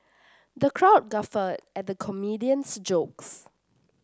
the crowd guffawed at the comedian's jokes